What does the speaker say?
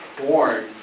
born